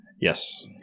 yes